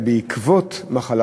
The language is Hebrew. להודות ליוזמים של הצעת החוק